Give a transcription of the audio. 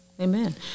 Amen